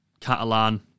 Catalan